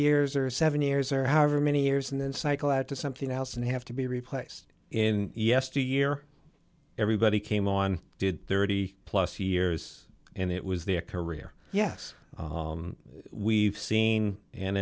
years or seven years or however many years and then cycle out to something else and have to be replaced in yesteryear everybody came on did thirty plus years and it was their career yes we've seen and